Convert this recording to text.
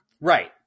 Right